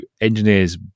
engineers